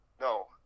No